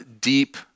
deep